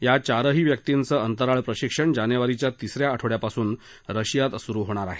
या चारही व्यक्तींचं अंतराळ प्रशिक्षण जानेवारीच्या तिस या आठवड्यापासून रशियात सुरु होणार आहे